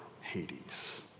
Hades